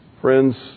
Friends